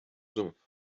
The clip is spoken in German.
sumpf